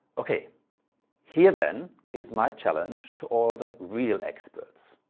okay here then is my challenge to all the real experts.